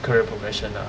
career progression ah